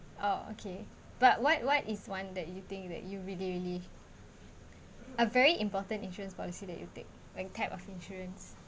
oh okay but what what is one that you think that you really really a very important insurance policy that you take when type of insurance